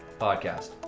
Podcast